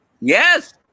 Yes